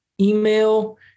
Email